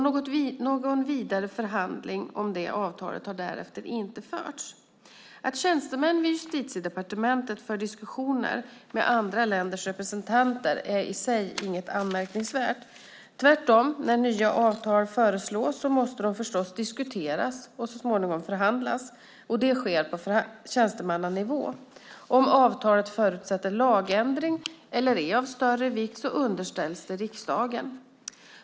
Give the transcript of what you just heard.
Någon vidare förhandling om detta avtal har därefter inte förts. Att tjänstemän vid Justitiedepartementet för diskussioner med andra länders representanter är i sig ingenting anmärkningsvärt. Tvärtom, när nya avtal föreslås så måste de förstås diskuteras och så småningom förhandlas. Detta sker på tjänstemannanivå. Om avtalet förutsätter lagändring eller är av större vikt underställs det riksdagen.